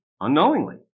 unknowingly